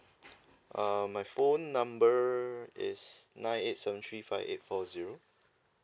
err my phone number is nine eight seven three five eight four zero